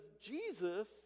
Jesus